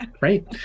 Right